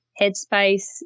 headspace